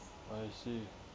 I see